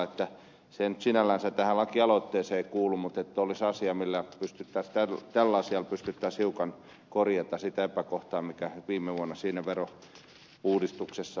se ei nyt sinällänsä tähän lakialoitteeseen kuulu mutta tällä asialla pystyttäisiin hiukan korjaamaan sitä epäkohtaa mikä viime vuonna siinä verouudistuksessa pääsi käymään